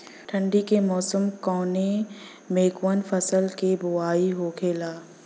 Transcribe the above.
ठंडी के मौसम कवने मेंकवन फसल के बोवाई होखेला?